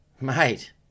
Mate